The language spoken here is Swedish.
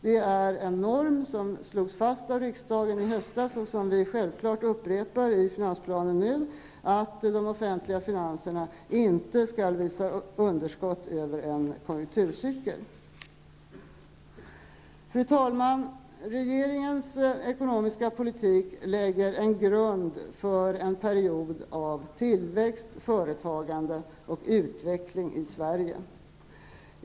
Det är en norm som slogs fast av riksdagen i höstas och som vi självfallet upprepar i finansplanen nu, att de offentliga finanserna inte skall visa underskott över en konjunkturcykel. Fru talman! Regeringens ekonomiska politik lägger en grund för en period av tillväxt, företagande och utveckling i Sverige.